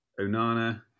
Onana